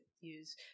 use